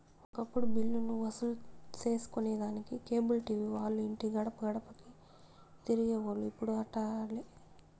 ఒకప్పుడు బిల్లులు వసూలు సేసుకొనేదానికి కేబుల్ టీవీ వాల్లు ఇంటి గడపగడపకీ తిరిగేవోల్లు, ఇప్పుడు అట్లాలే